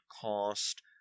cost